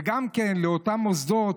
וגם לאותם מוסדות,